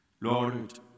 Lord